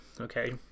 okay